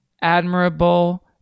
admirable